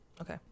Okay